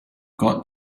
got